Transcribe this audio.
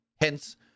Hence